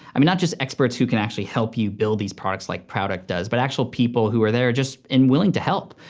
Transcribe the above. i mean not just experts who can actually help you build these products like prouduct does, but actual people who are there and willing to help.